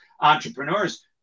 entrepreneurs